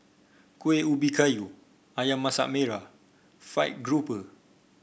Kuih Ubi Kayu ayam Masak Merah fried grouper